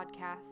podcast